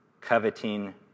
coveting